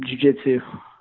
jujitsu